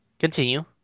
Continue